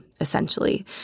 essentially